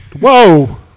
Whoa